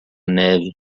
neve